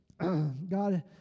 God